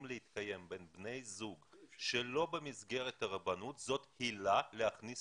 להתקיים בין בני זוג שלא במסגרת הרבנות זאת עילה להכניס